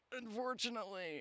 unfortunately